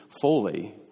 fully